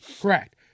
Correct